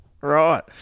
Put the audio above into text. Right